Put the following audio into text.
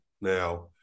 now